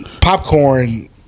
popcorn